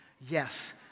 Yes